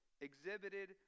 exhibited